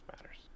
matters